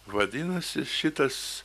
vadinasi šitas